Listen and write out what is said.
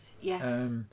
yes